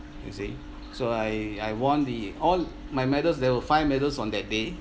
you see so I I won the all my medals they were five medals on that day